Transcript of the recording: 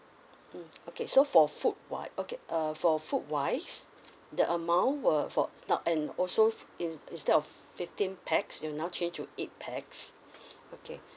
mm okay so for food wi~ okay uh for food wise the amount will for not and also in instead of fifteen pax you now change to eight pax okay